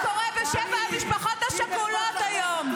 שרון,